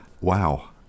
Wow